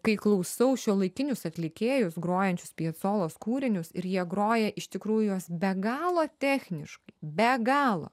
kai klausau šiuolaikinius atlikėjus grojančius piacolos kūrinius ir jie groja iš tikrųjų juos be galo techniškai be galo